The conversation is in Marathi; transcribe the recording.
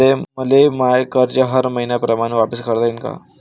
मले माय कर्ज हर मईन्याप्रमाणं वापिस करता येईन का?